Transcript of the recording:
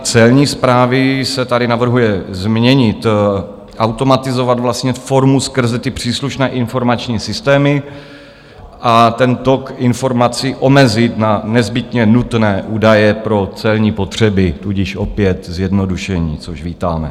Celní správy se tady navrhuje změnit, automatizovat vlastně formu skrze ty příslušné informační systémy a tok informací omezit na nezbytně nutné údaje pro celní potřeby tudíž opět zjednodušení, což vítáme.